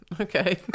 Okay